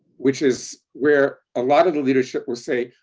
which is where a lot of the leadership will say,